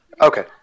Okay